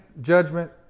judgment